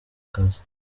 kazi